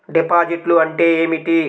డిపాజిట్లు అంటే ఏమిటి?